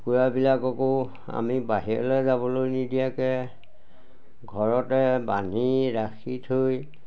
কুকুৰাবিলাককো আমি বাহিৰলৈ যাবলৈ নিদিয়াকৈ ঘৰতে বান্ধি ৰাখি থৈ